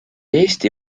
eesti